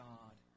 God